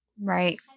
Right